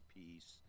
peace